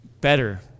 better